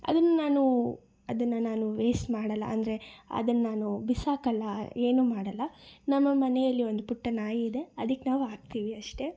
ಅದನ್ನು ನಾನು ಅದನ್ನು ನಾನು ವೇಸ್ಟ್ ಮಾಡೋಲ್ಲ ಅಂದರೆ ಅದನ್ನು ನಾನು ಬಿಸಾಕೋಲ್ಲ ಏನೂ ಮಾಡೋಲ್ಲ ನಮ್ಮ ಮನೆಯಲ್ಲಿ ಒಂದು ಪುಟ್ಟ ನಾಯಿ ಇದೆ ಅದಕ್ಕೆ ನಾವು ಹಾಕ್ತೀವಿ ಅಷ್ಟೇ